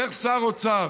איך שר אוצר,